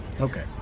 Okay